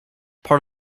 part